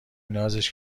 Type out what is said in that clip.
نازش